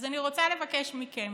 אז אני רוצה לבקש מכם: